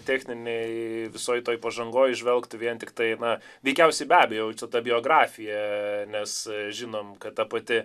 techninėje visoje toje pažangoje įžvelgti vien tiktai na veikiausiai be abejo autobiografija nes žinome kad ta pati